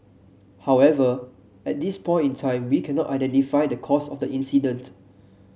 however at this point in time we cannot identify the cause of the incident